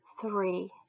three